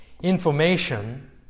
information